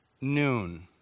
noon